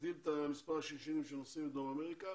להגדיל את מספר השינשינים שנוסעים לדרום אמריקה